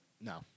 No